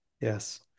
Yes